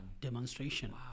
demonstration